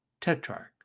tetrarch